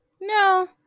No